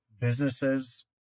businesses